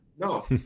No